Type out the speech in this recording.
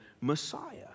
Messiah